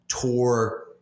tour